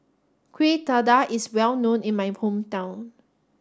Kuih Dadar is well known in my hometown